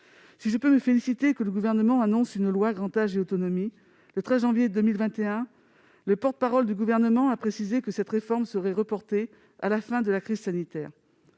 Si je me félicite que le Gouvernement ait annoncé une loi Grand Âge et autonomie, le 13 janvier 2021, son porte-parole a précisé que cette réforme serait reportée à la fin de la crise sanitaire.